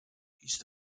used